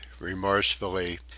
remorsefully